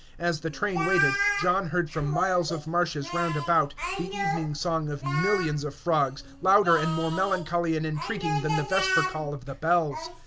as the train waited, john heard from miles of marshes round about the evening song of millions of frogs, louder and more melancholy and entreating than the vesper call of the bells.